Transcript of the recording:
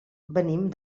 venim